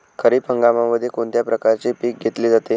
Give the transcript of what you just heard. खरीप हंगामामध्ये कोणत्या प्रकारचे पीक घेतले जाते?